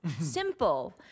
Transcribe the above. simple